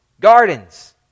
gardens